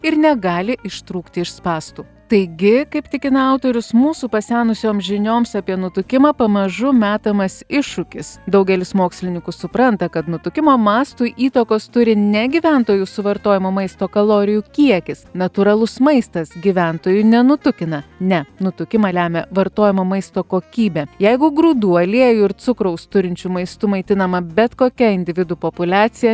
ir negali ištrūkti iš spąstų taigi kaip tikina autorius mūsų pasenusiom žinioms apie nutukimą pamažu metamas iššūkis daugelis mokslininkų supranta kad nutukimo mastui įtakos turi ne gyventojų suvartojamo maisto kalorijų kiekis natūralus maistas gyventojų nenutukina ne nutukimą lemia vartojamo maisto kokybė jeigu grūdų aliejų ir cukraus turinčiu maistu maitinama bet kokia individų populiacija